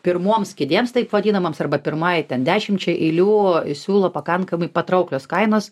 pirmoms kėdėms taip vadinamoms arba pirmai ten dešimčiai eilių siūlo pakankamai patrauklios kainos